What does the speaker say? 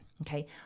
Okay